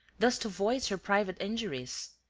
thus to voice your private injuries?